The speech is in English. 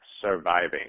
surviving